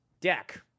deck